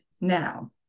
now